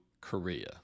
Korea